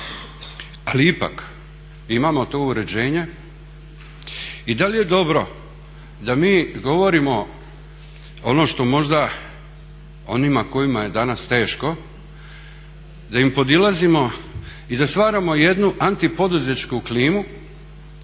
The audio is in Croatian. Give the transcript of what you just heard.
Ali ipak imamo tu uređenje i da li je dobro da mi govorimo ono što možda onima kojima je danas teško, da im podilazimo i da stvaramo jednu antipoduzetničku klimu,